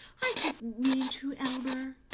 i didn't mean to, elmer.